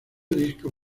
disco